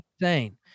insane